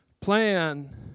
Plan